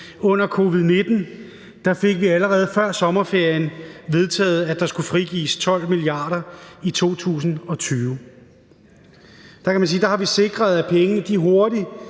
under covid-19 fik vi allerede før sommerferien vedtaget, at der skulle frigives 12 mia. kr. i 2020. Der har vi sikret, at pengene hurtigt